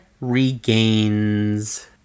regains